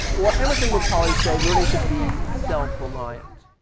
or emerson would probably say learning to be self reliant.